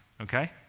okay